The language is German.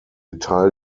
detail